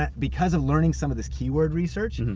because of learning some of this keyword research, and